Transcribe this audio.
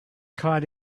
caught